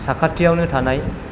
साखाथियावनो थानाय